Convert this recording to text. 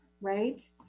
right